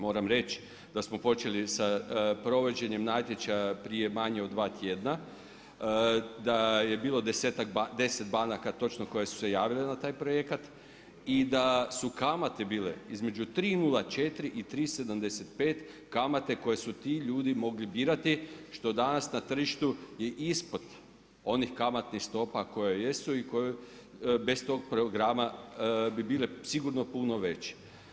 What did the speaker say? Moram reći da smo počeli sa provođenjem natječaja prije manje od 2 tjedna, da je bilo deset banaka točno koje su se javile na taj projekat i da su kamate bile između 3,04 i 3,75 kamate koje su ti ljudi mogli birati što danas na tržištu je i ispod onih kamatnih stopa koje jesu i koje bez to programa bi bile sigurno puno veće.